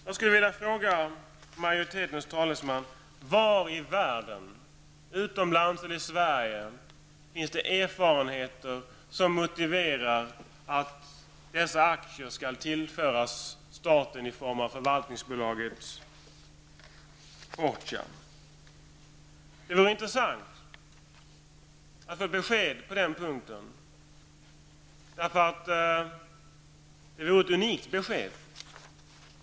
Jag skulle vilja fråga majoritetens talesman var i världen -- utomlands eller i Sverige -- det finns erfarenheter som motiverar att dessa aktier skall tillföras staten i form av Förvaltningsaktiebolaget Fortia? Det vore intressant att få ett besked på den punkten, eftersom det skulle vara ett unikt besked.